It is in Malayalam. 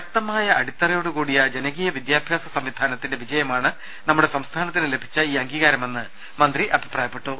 ശക്തമായ അടിത്തറയോടു കൂടിയ ജനകീയ വിദ്യാ ഭ്യാസ സംവിധാനത്തിന്റെ വിജയമാണ് നമ്മുടെ സംസ്ഥാ നത്തിന് ലഭിച്ച ഈ അംഗീകാരമെന്ന് മന്ത്രി അഭിപ്രായ പ്പെട്ടു